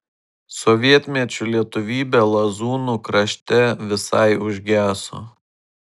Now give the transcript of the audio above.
sovietmečiu lietuvybė lazūnų krašte visai užgeso